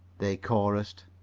they chorused.